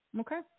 okay